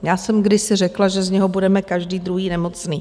Já jsem kdysi řekla, že z něho budeme každý druhý nemocný.